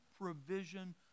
provision